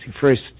first